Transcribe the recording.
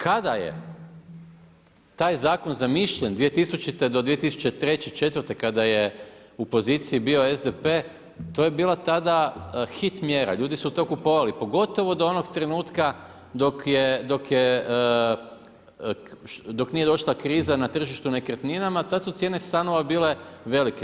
Kada je taj zakon zamišljen 2000.-2003., 2004. kada je u opoziciji bio SDP to je bila tada hit mjera, ljudi su to kupovali, pogotovo do onog trenutka, dok je nije došla kriza na tržištu nekretninama, tada su cijene stanova bile velike.